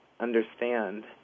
understand